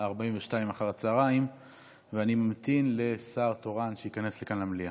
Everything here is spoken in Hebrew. השעה 16:42, ואני ממתין לשר תורן שייכנס למליאה.